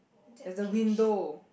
cage